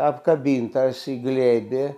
apkabintas į glėbį